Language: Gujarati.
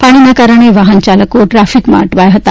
પાણીના કારણે વાહન ચાલકો ટ્રાફીકમાં અટવાયા હતા